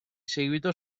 seguito